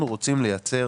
אנחנו רוצים לייצר